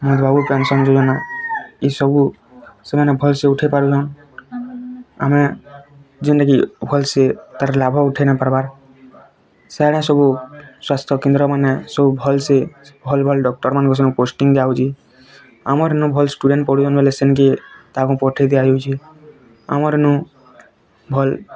Madhubabu pension ଯୋଜନା ଇସବୁ ସେମାନେ ଭଲ୍ ସେ ଉଠେଇ ପାରୁଛନ୍ ଆମେ ଯେନ୍ତା କି ଭଲ୍ ସେ ତା'ର ଲାଭ୍ ଉଠେଇ ନାଇ ପାର୍ଵାର୍ ସିଆଡ଼େ ସବୁ ସ୍ଵାସ୍ଥ କେନ୍ଦ୍ରମାନେ ସବୁ ଭଲ୍ସେ ଭଲ୍ ଭଲ୍ ଡ଼କ୍ଟର ମାନେ ଅଛନ୍ ପୋଷ୍ଟିଙ୍ଗ ଯାଉଛି ଆମର ନୁ ଭଲ୍ ସ୍ଟୁଡେଣ୍ଟ ପଢିଛନ୍ ବେଲେ ସେନ୍କେ ତାକୁ ପଠେଇ ଦିଆଯାଉଛି ଆମର୍ ନୁ ଭଲ୍